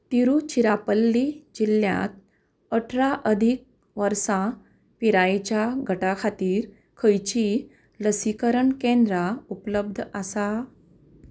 तिरुचिरापल्ली जिल्ल्यांत अठरा अदीक वर्सां पिरायेच्या गटा खातीर खंयचीं लसीकरण केंद्रां उपलब्ध आसा